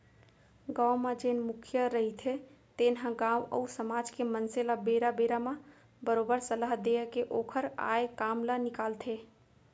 गाँव म जेन मुखिया रहिथे तेन ह गाँव अउ समाज के मनसे ल बेरा बेरा म बरोबर सलाह देय के ओखर आय काम ल निकालथे